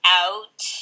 out